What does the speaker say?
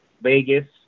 vegas